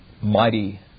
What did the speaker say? mighty